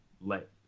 let